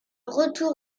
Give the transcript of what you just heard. retour